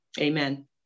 Amen